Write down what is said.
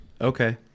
okay